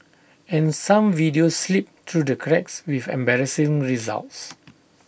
and some videos slip through the cracks with embarrassing results